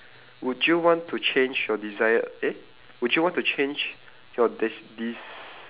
would you want to change your desire eh would you want to change your des~ des~